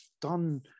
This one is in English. done